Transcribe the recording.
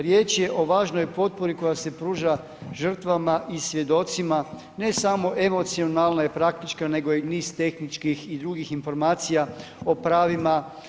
Riječ je o važnoj potpori koja se pruža žrtvama i svjedocima, ne samo emocionalne i praktička, nego i niz tehničkih i drugih informacija o pravima.